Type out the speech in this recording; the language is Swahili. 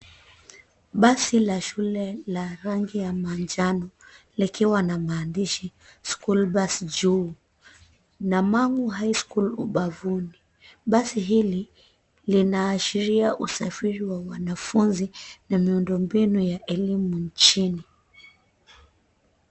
Basi la shule la rangi ya manjano likiwana maandishi school bus juu na mangu high school ubavuni basi hili linaashiria usafiri wa wanafunzi na miundombinu humu nchini.